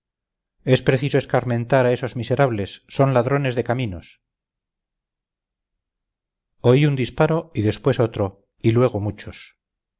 es preciso escarmentar a esos miserables son ladrones de caminos oí un disparo y después otro y luego muchos